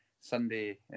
Sunday